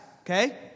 okay